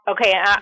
Okay